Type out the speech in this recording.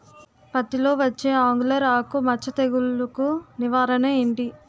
పత్తి లో వచ్చే ఆంగులర్ ఆకు మచ్చ తెగులు కు నివారణ ఎంటి?